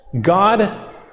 God